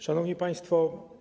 Szanowni Państwo!